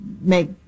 make